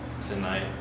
Tonight